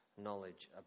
Knowledge